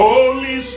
Holy